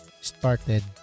started